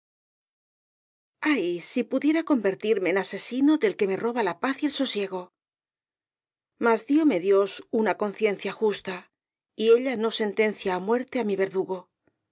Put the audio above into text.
si pudiera convertirme en asesino del que me roba la paz y el sosiego mas dióme dios una conciencia justa y ella no sentencia á muerte á mi verdugo